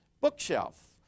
bookshelf